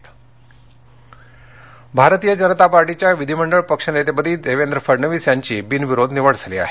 भाजपा भारतीय जनता पार्टीच्या विधिमंडळपक्ष नेतेपदी देवेंद्र फडणवीस यांची बिनविरोध निवड झाली आहे